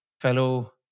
fellow